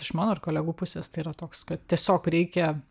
iš mano ir kolegų pusės tai yra toks kad tiesiog reikia